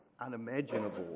unimaginable